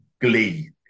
glee